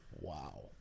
Wow